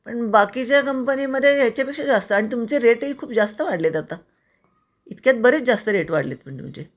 पण बाकीच्या कंपनीमध्ये याच्यापेक्षा जास्त आणि तुमचे रेटही खूप जास्त वाढले आहेत आता इतक्यात बरेच जास्त रेट वाढले आहेत पण तुमचे